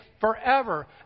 forever